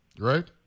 right